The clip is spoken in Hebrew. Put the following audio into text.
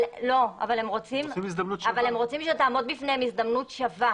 לא, אבל הם רוצים שתעמוד בפניהם הזדמנות שווה.